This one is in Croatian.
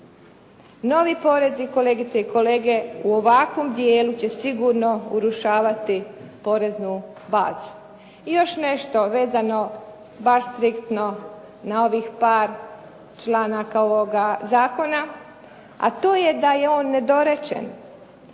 Novi porezi kolegice i kolege u ovakvom dijelu će sigurno urušavati poreznu vazu. I još nešto vezano baš striktno na ovih par članaka ovoga zakona a to je da je on nedorečen.